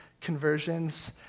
conversions